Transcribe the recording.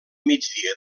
migdia